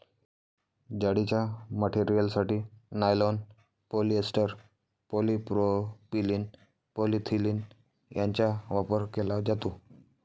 जाळीच्या मटेरियलसाठी nylon, polyester, polypropylene, polyethylene यांचा वापर केला जातो